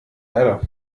erde